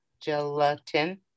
gelatin